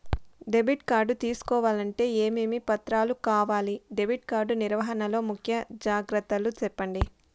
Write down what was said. Debit card తీసుకోవాలంటే ఏమేమి పత్రాలు కావాలి? డెబిట్ కార్డు నిర్వహణ లో ముఖ్య జాగ్రత్తలు సెప్పండి?